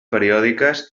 periòdiques